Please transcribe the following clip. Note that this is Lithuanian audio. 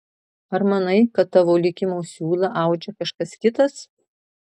ar manai kad tavo likimo siūlą audžia kažkas kitas